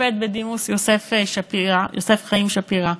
השופט בדימוס יוסף חיים שפירא,